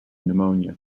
pneumonia